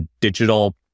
digital